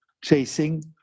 chasing